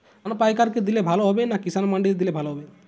ধান পাইকার কে দিলে ভালো হবে না কিষান মন্ডিতে দিলে ভালো হবে?